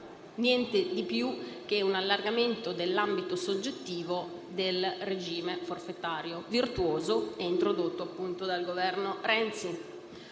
niente di più che un allargamento dell'ambito soggettivo del regime forfettario virtuoso introdotto dal governo Renzi.